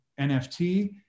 NFT